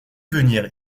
venir